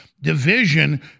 division